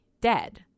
dead